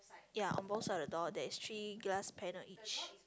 ya on both side of the door there is three glass panel each